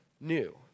new